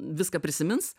viską prisimins